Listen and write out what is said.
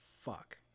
fuck